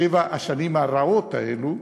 שבע השנים הרעות האלו,